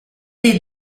est